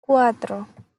cuatro